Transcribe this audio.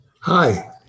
Hi